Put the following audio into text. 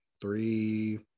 three